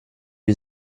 wir